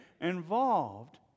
involved